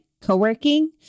co-working